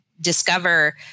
discover